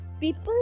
People